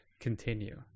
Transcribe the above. continue